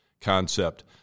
concept